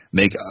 make